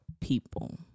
people